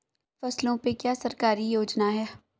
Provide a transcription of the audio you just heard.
फसलों पे क्या सरकारी योजना है?